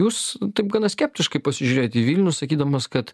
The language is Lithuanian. jūs taip gana skeptiškai pasižiūrėjot į vilnių sakydamas kad